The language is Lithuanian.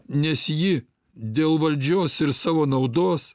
nes ji dėl valdžios ir savo naudos